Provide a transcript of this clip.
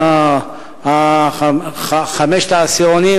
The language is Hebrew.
חמשת העשירונים,